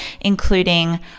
including